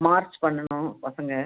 March பண்ணணும் பசங்க